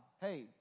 Hey